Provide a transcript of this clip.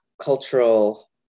cultural